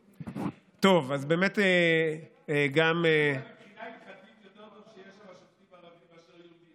גם מבחינה הלכתית זה טוב שיהיו שם שופטים ערבים מאשר יהודים.